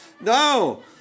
No